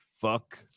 fuck